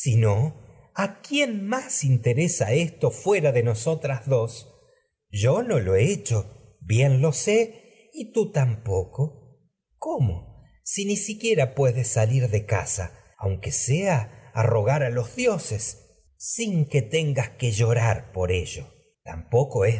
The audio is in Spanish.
a quién más interesa fuera de nosotras dos yo no lo he hecho bien lo sé tú tampoco cómo si ni aunque sea a rogar a siquiera puedes dioses sin que salir de casa los electra tengas porque que llorar por ello tampoco es